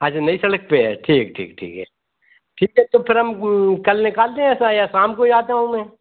अच्छा नई सड़क पर है ठीक ठीक ठीक है ठीक है तो फिर हम कल निकालते हैं या सा या शाम को ही आता हूँ मैं